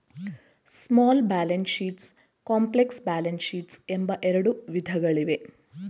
small balance sheets, complex balance sheets ಎಂಬ ಎರಡು ವಿಧಗಳಿವೆ